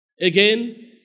Again